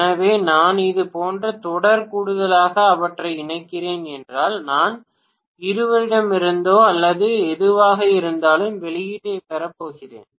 எனவே நான் இது போன்ற தொடர் கூடுதலாக அவற்றை இணைக்கிறேன் என்றால் நான் இருவரிடமிருந்தோ அல்லது எதுவாக இருந்தாலும் வெளியீட்டைப் பெறப் போகிறேன்